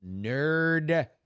nerd